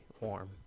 warm